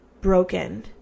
broken